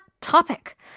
topic